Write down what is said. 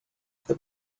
there